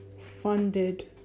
funded